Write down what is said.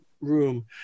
room